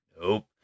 Nope